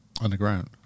Underground